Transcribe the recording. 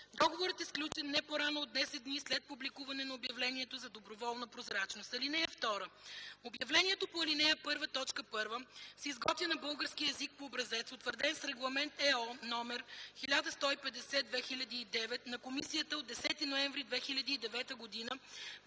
договорът е сключен не по-рано от 10 дни след публикуване на обявлението за доброволна прозрачност. (2) Обявлението по ал. 1, т. 1 се изготвя на български език по образец, утвърден с Регламент (ЕО) № 1150/2009 на Комисията от 10 ноември 2009 г. за